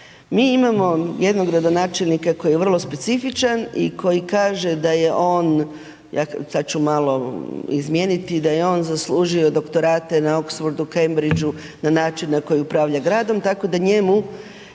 Mi imamo jednog gradonačelnika koji je vrlo specifičan, i koji kaže da je on, sad ću malo izmijeniti, da je on zaslužio doktorate na Oxfordu, Cambridgeu na način na koji upravlja gradom, tako da njemu